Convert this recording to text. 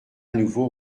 nouveau